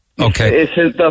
Okay